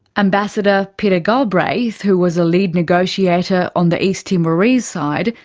ambassador peter galbraith, who was a lead negotiator on the east timorese side,